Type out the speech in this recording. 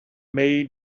made